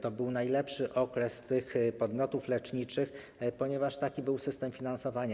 To był najlepszy okres tych podmiotów leczniczych, ponieważ taki był system finansowania.